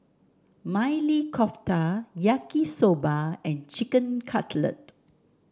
Maili Kofta Yaki Soba and Chicken Cutlet